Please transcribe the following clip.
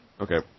Okay